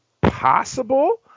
possible